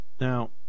Now